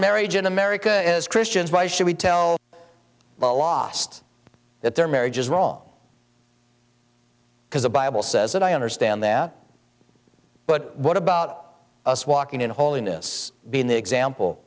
marriage in america is christians why should we tell the last that their marriage is wrong because the bible says that i understand them but what about us walking in holiness being the example